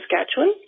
saskatchewan